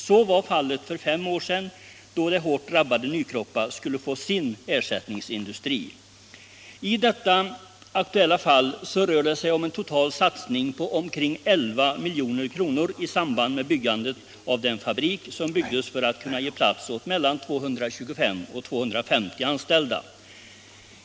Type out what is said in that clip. Så var fallet för fem år sedan, då det hårt drabbade Nykroppa skulle få sin ersättningsindustri. I detta aktuella fall rör det sig om en total satsning på omkring 11 milj.kr. i samband med byggandet av den fabrik som uppfördes för att kunna ge plats åt mellan 225 och 250 anställda.